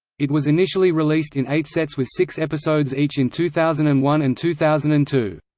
it was initially released in eight sets with six episodes each in two thousand and one and two thousand and two.